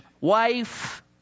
wife